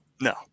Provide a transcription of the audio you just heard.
No